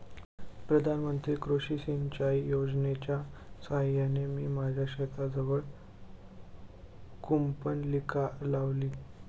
प्रधानमंत्री कृषी सिंचाई योजनेच्या साहाय्याने मी माझ्या शेताजवळ कूपनलिका लावली